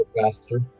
faster